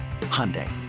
Hyundai